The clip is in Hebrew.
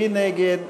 מי נגד?